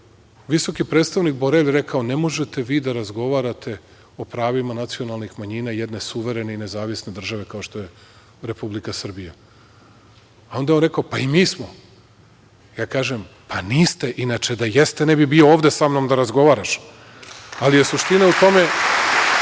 visoki predstavnik Borelji rekao - ne možete vi da razgovarate o pravima nacionalnih manjina jedne suverene i nezavisne države kao što je Republika Srbija, a onda je on rekao - pa i mi smo, a ja kažem – pa, niste, inače da jeste, ne bi bio ovde sa mnom da razgovaraš. Suština je u tome